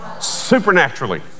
supernaturally